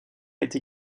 été